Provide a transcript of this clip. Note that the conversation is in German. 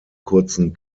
kurzen